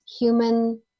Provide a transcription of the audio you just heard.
human